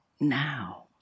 now